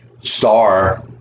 star